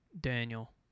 daniel